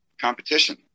competition